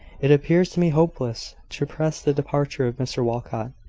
it appears to me hopeless to press the departure of mr walcot.